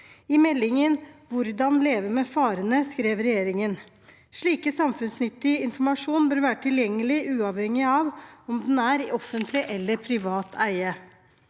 I meldingen Hvordan leve med farene, skrev regjeringen: «Slik samfunnsnyttig informasjon bør være tilgjengelig uavhengig av om den er i offentlig eller privat eie.»